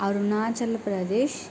Arunachal Pradesh